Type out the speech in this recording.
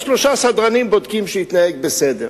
ושלושה סדרנים בודקים שיתנהג בסדר.